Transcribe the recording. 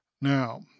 Now